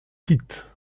quitte